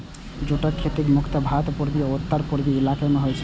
जूटक खेती मुख्यतः भारतक पूर्वी आ उत्तर पूर्वी इलाका मे होइ छै